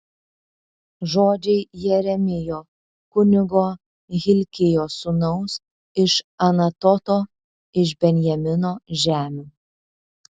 žodžiai jeremijo kunigo hilkijo sūnaus iš anatoto iš benjamino žemių